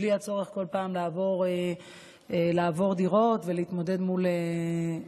בלי הצורך כל פעם לעבור דירות ולהתמודד מול